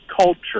culture